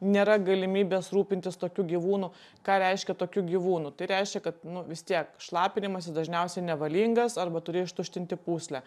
nėra galimybės rūpintis tokiu gyvūnu ką reiškia tokiu gyvūnu tai reiškia kad nu vis tiek šlapinimasis dažniausiai nevalingas arba turi ištuštinti pūslę